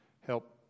help